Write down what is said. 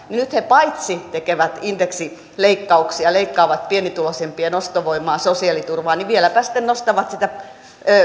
nyt he paitsi tekevät indeksileikkauksia leikkaavat pienituloisempien ostovoimaa sosiaaliturvaa vieläpä sitten nostavat